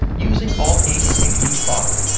using all ink in each bottle.